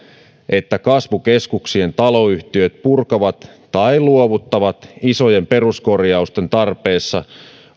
että kasvukeskuksien taloyhtiöt purkavat tai luovuttavat isojen peruskorjausten tarpeessa